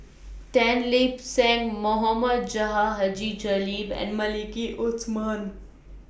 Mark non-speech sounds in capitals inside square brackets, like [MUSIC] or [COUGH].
Tan Lip Seng Mohamed [UNINTELLIGIBLE] Haji Jamil and Maliki Osman